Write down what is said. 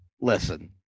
Listen